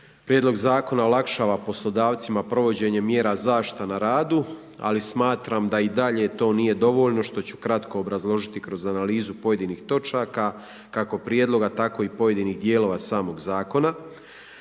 Prijedlog zakona olakšava poslodavcima provođenje mjera zaštite na radu, ali smatram da i dalje to nije dovoljno što ću kratko obrazložiti kroz analizu pojedinih točaka kako prijedloga, tako i pojedinih dijelova samog zakona.